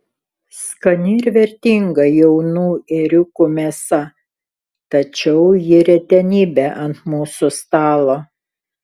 skani ir vertinga jaunų ėriukų mėsa tačiau ji retenybė ant mūsų stalo